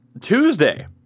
Tuesday